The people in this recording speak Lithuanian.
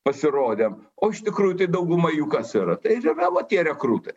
pasirodėm o iš tikrųjų tai dauguma jų kas yra tai ir yra va tie rekrūtai